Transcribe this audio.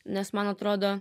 nes man atrodo